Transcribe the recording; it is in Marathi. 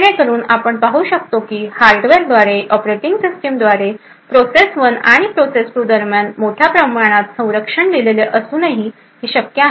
जेणेकरून आपण पाहू शकतो की हार्डवेअरद्वारे ऑपरेटिंग सिस्टमद्वारे प्रोसेस 1 आणि प्रोसेस 2 दरम्यान मोठ्या प्रमाणात संरक्षण दिलेले असूनही हे शक्य आहे